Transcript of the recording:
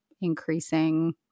increasing